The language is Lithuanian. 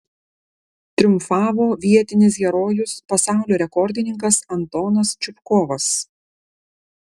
triumfavo vietinis herojus pasaulio rekordininkas antonas čupkovas